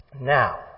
Now